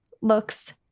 looks